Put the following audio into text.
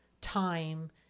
time